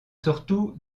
surtout